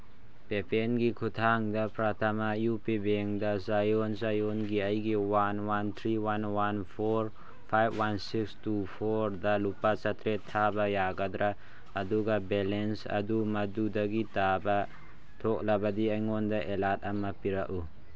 ꯄꯦꯄꯥꯥꯜꯒꯤ ꯈꯨꯊꯥꯡꯗ ꯄ꯭ꯔꯥꯇꯃꯥ U P ꯕꯦꯡꯗ ꯆꯌꯣꯜ ꯆꯌꯣꯜꯒꯤ ꯑꯩꯒꯤ one one three one one four five one six two ꯐꯣꯔꯗ ꯂꯨꯄꯥ ꯆꯥꯇꯔꯦꯠ ꯊꯥꯕ ꯌꯥꯒꯗ꯭ꯔꯥ ꯑꯗꯨꯒ ꯕꯦꯂꯦꯟꯁ ꯑꯗꯨ ꯃꯗꯨꯗꯒꯤ ꯇꯥꯕ ꯊꯣꯛꯂꯕꯗꯤ ꯑꯩꯉꯣꯟꯗ ꯑꯦꯂꯥꯔꯠ ꯑꯃ ꯄꯤꯔꯛꯎ